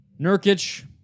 Nurkic